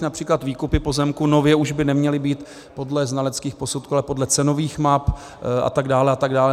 Například výkupy pozemků nově už by neměly být podle znaleckých posudků, ale podle cenových map, a tak dále, a tak dále.